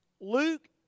Luke